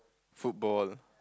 football